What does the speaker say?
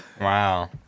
Wow